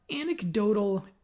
anecdotal